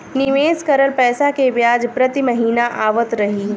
निवेश करल पैसा के ब्याज प्रति महीना आवत रही?